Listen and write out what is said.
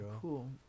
cool